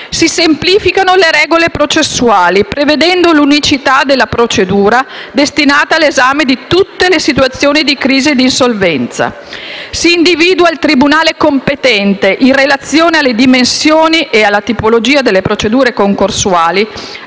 Si semplificano le regole processuali, prevedendo l'unicità della procedura destinata all'esame di tutte le situazioni di crisi e di insolvenza; si individua il tribunale competente in relazione alle dimensioni e alla tipologia delle procedure concorsuali,